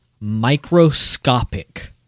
microscopic